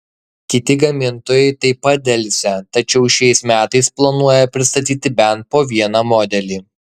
kiti gamintojai taip pat delsia tačiau šiais metais planuoja pristatyti bent po vieną modelį